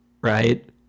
Right